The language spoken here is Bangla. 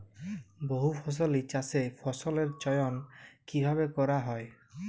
বহুফসলী চাষে ফসলের চয়ন কীভাবে করা হয়?